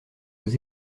aux